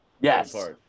Yes